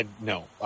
No